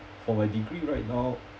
for my degree right now